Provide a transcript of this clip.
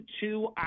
two